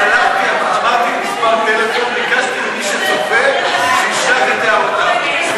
אמרתי מספר טלפון וביקשתי ממי שצופה שישלח את הערותיו.